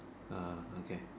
uh okay